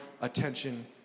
attention